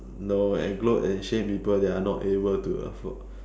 no and gloat and shame people that are not able to afford